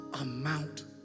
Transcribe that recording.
amount